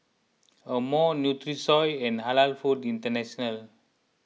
Amore Nutrisoy and Halal Foods International